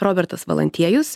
robertas valantiejus